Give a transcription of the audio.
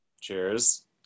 Cheers